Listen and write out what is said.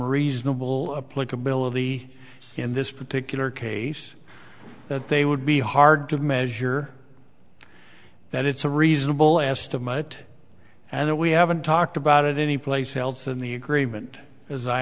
reasonable uplift ability in this particular case that they would be hard to measure that it's a reasonable estimate and we haven't talked about it anyplace else in the agreement as i